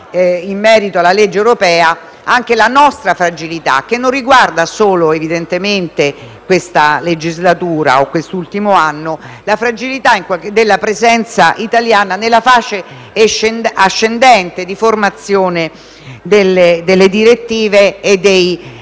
in merito alla legge europea, anche sulla nostra fragilità, che non riguarda solo questa legislatura o quest'ultimo anno. Mi riferisco alla fragilità della presenza italiana nella fase ascendente di formazione delle direttive e dei